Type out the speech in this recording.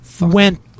went